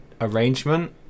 arrangement